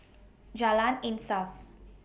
Jalan Insaf